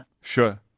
Sure